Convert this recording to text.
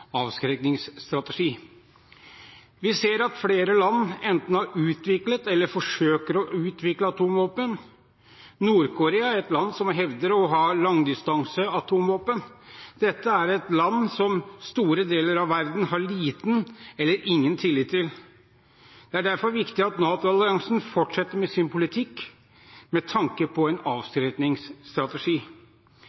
Vi ser at flere land enten har utviklet eller forsøker å utvikle atomvåpen. Nord-Korea er et land som hevder å ha langdistanseatomvåpen. Dette er et land som store deler av verden har liten eller ingen tillit til. Det er derfor viktig at NATO-alliansen fortsetter med sin politikk, med tanke på en